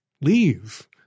Leave